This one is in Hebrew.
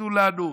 תגידו לנו,